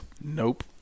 Nope